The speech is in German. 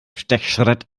stechschritt